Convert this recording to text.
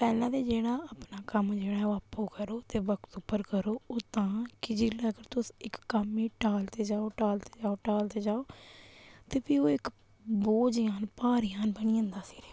पैह्लें ते जेह्ड़ा अपना कम्म जेह्ड़ा ओह् आपूं करो ते वक्त उप्पर करो ओह् तां कि जेल्लै अगर तुस इक कम्म गी टालदे जाओ टालदे जाओ टालदे जाओ ते फ्ही ओह् इक बोझ जन भार जन बनी जंदा सिरै उप्पर